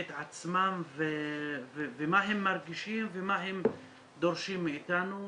את עצמם ומה הם מרגישים ומה הם דורשים מאיתנו.